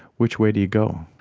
which way do you go?